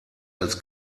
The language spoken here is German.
als